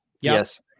Yes